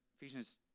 Ephesians